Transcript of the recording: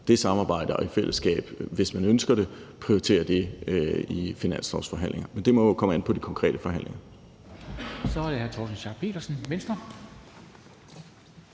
det samarbejde og i fællesskab – hvis man ønsker det – prioriterer det i finanslovsforhandlinger. Men det må jo komme an på de konkrete forhandlinger.